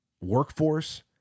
workforce